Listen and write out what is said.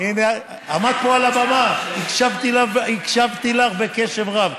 עמדת פה על הבמה, הקשבתי לך בקשב רב.